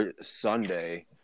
Sunday